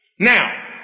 Now